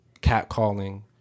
catcalling